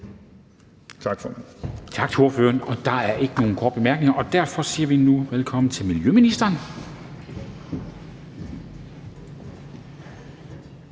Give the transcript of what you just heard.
Tak til ordføreren. Der er ikke nogen korte bemærkninger, og derfor siger vi nu velkommen til miljøministeren.